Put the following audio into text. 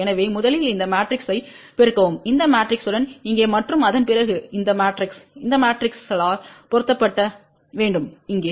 எனவே முதலில் இந்த மாட்ரிக்ஸ்யை பெருக்கவும் இந்த மேட்ரிக்ஸுடன் இங்கே மற்றும் அதன் பிறகு இந்த மேட்ரிக்ஸ் இந்த மேட்ரிக்ஸால் பெருக்கப்பட வேண்டும் இங்கே